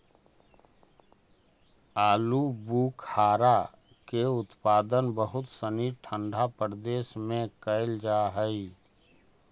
आलूबुखारा के उत्पादन बहुत सनी ठंडा प्रदेश में कैल जा हइ